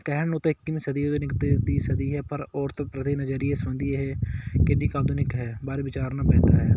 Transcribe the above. ਕਹਿਣ ਨੂੰ ਤਾਂ ਇੱਕੀਵੀਂ ਸਦੀ ਸਦੀ ਹੈ ਪਰ ਔਰਤ ਪ੍ਰਤੀ ਨਜ਼ਰੀਏ ਸੰਬੰਧੀ ਇਹ ਕਿੰਨੀ ਕੁ ਆਧੁਨਿਕ ਹੈ ਬਾਰੇ ਵਿਚਾਰਨਾ ਪੈਂਦਾ ਹੈ